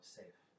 safe